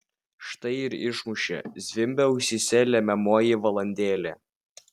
štai ir išmušė zvimbia ausyse lemiamoji valandėlė